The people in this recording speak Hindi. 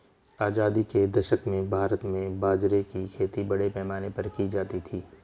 आजादी के दशक में भारत में बाजरे की खेती बड़े पैमाने पर की जाती थी